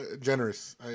generous